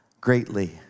greatly